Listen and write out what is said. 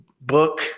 book